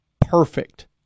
perfect